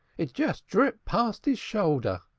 it just dripped past his shoulder.